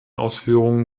ausführungen